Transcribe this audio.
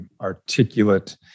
articulate